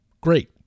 Great